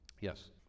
Yes